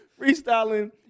freestyling